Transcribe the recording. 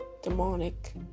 demonic